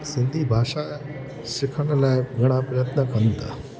सिंधी भाषा सिखण लाइ घणा प्रयत्न कनि था